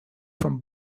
from